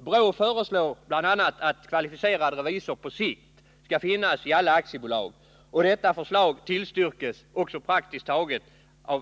BRÅ föreslår bl.a. att kvalificerad revisor på sikt skall finnas i alla aktiebolag, och detta förslag tillstyrkes också av praktiskt taget